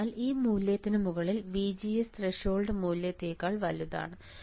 അതിനാൽ ഈ മൂല്യത്തിന് മുകളിൽ VGS ത്രെഷോൾഡ് മൂല്യത്തേക്കാൾ വലുതാണ്